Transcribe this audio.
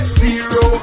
zero